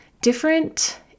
different